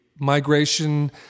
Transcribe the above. migration